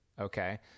okay